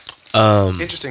Interesting